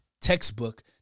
textbook